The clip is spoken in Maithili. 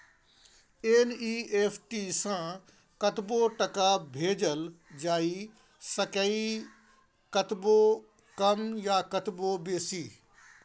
एन.ई.एफ.टी सँ कतबो टका भेजल जाए सकैए कतबो कम या कतबो बेसी